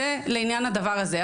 זה לעניין הדבר הזה,